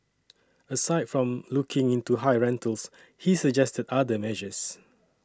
aside from looking into high rentals he suggested other measures